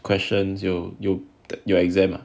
questions you you that your exam ah